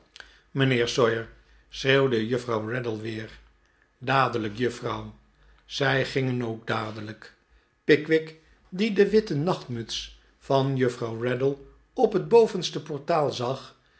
sawyer schreeuwde juffrouw raddle weer dadelijk juffrouw zij gingen ook dadelijk pickwick die de witte nachtmuts van juffrouw raddle op het bovenste portaal zag